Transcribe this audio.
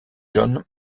john